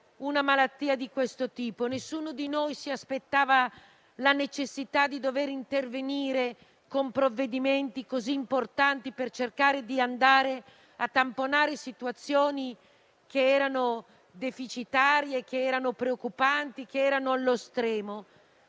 una malattia di questo tipo; nessuno di noi si aspettava la necessità di dover intervenire con provvedimenti così importanti per cercare di tamponare situazioni deficitarie, preoccupanti e che erano allo stremo.